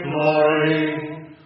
glory